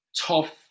tough